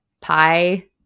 pie